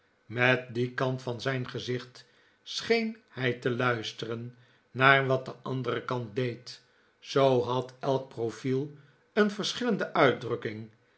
met dien kant van zijn gezicht scheen hij te luisteren naar wat de andere kant deed zoo had elk profiel een verschillende uitdrukking